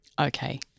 Okay